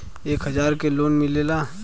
एक हजार के लोन मिलेला?